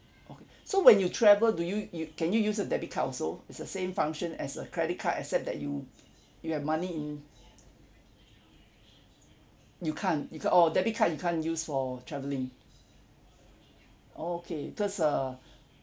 okay so when you travel do you you can you use a debit card also it's the same function as a credit card except that you you have money in you can't you can't oh debit card you can't use for travelling oh okay cause uh